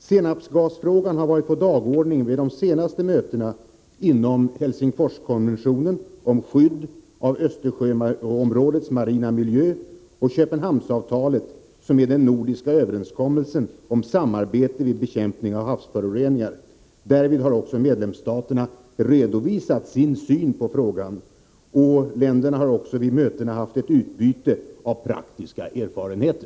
Senapsgasfrågan har varit på dagordningen vid de senaste mötena till uppföljning av Helsingforskonventionen om skydd av Östersjöområdets marina miljö och Köpenhamnsavtalet, som är den nordiska överenskommelsen om samarbete vid bekämpning av havsföroreningar. Därvid har också medlemsstaterna redovisat sin syn på frågan. Länderna har också vid dessa möten haft ett utbyte av praktiska erfarenheter.